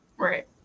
Right